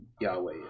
Yahweh